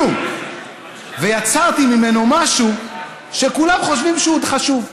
כלום, ויצרתי ממנו משהו שכולם חושבים שהוא חשוב.